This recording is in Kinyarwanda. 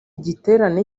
giterane